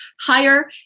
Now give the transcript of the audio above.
higher